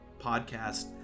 podcast